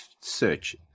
search